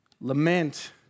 Lament